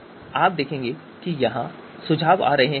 अब आप देखेंगे कि वहां सुझाव आ रहे हैं